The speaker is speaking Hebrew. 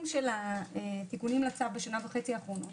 של התיקונים לצו בשנה וחצי האחרונות